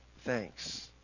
thanks